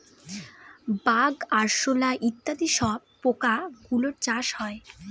bug, আরশোলা ইত্যাদি সব পোকা গুলোর চাষ হয়